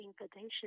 invitation